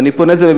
ואני פונה בזה,